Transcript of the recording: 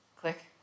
click